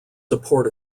support